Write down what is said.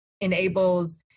enables